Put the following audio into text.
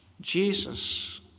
Jesus